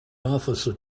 officer